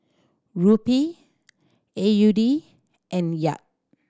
Rupee A U D and Kyat